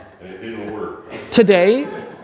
Today